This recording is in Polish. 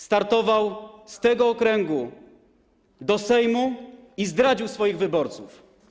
Startował z tego okręgu do Sejmu i zdradził swoich wyborców.